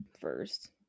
first